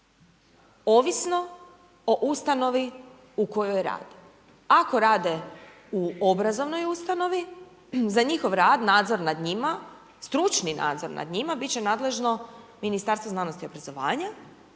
ovisno o ustanovi u kojoj rade. Ako rade u obrazovnoj ustanovi, za njihov rad, nadzor nad njima, stručni nadzor nad njima, biti će nadležno Ministarstvu znanosti i obrazovanja,